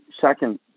second